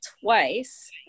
twice